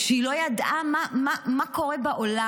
שהיא לא ידעה מה קורה בעולם,